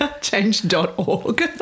change.org